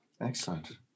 Excellent